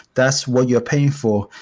that's what you're paying for.